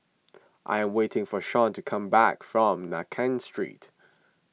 I am waiting for Shon to come back from Nankin Street